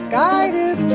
guided